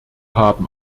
haben